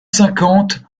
cinquante